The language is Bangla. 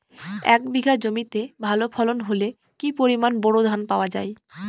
এক বিঘা জমিতে ভালো ফলন হলে কি পরিমাণ বোরো ধান পাওয়া যায়?